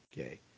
okay